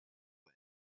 way